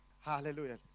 Hallelujah